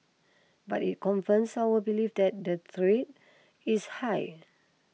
but it confirms our belief that the threat is high